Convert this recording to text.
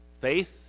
faith